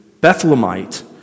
Bethlehemite